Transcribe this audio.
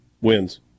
wins